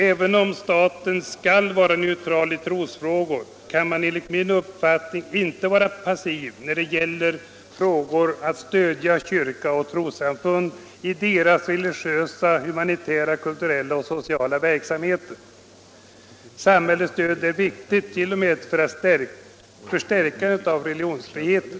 Även om staten skall vara neutral i trosfrågor kan man enligt min uppfattning inte vara passiv när det gäller att stödja kyrka och tros samfund i deras religiösa, humanitära, kulturella och sociala verksamhet. Nr 24 Samhällets stöd är viktigt t.o.m. för stärkandet av religionsfriheten.